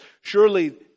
Surely